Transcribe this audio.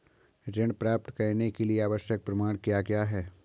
ऋण प्राप्त करने के लिए आवश्यक प्रमाण क्या क्या हैं?